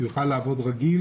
שיוכל לעבוד רגיל?